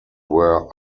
were